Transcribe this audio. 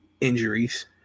injuries